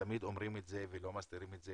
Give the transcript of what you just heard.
ותמיד אומרים את זה ולא מסתירים את זה,